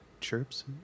chirps